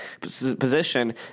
position